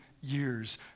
years